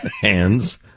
hands